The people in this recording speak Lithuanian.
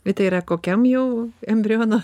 bet tai yra kokiam jau embriono